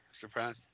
surprise